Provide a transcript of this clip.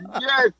yes